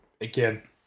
again